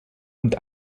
und